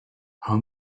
how